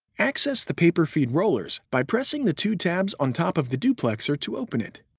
access the paper feed rollers by pressing the two tabs on top of the duplexer to open it.